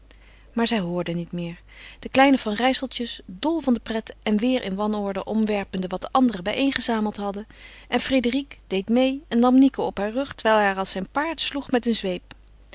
maar zij hoorden niet meer de kleine van rijsseltjes dol van de pret en weêr in wanorde omverwerpende wat de anderen bijeengezameld hadden en frédérique deed meê en nam nico op haar rug terwijl hij haar als zijn paard sloeg met een zweep